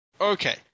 Okay